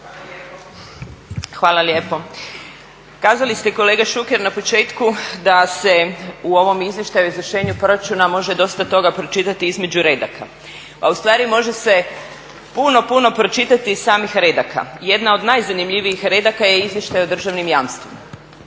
Hvala lijepo. Kazali ste kolega Šuker na početku da se u ovom izvještaju o izvršenju proračuna može dosta toga pročitati između redaka. Pa u stvari može se puno, puno pročitati iz samih redaka. Jedna od najzanimljivijih redaka je izvještaj o državnim jamstvima.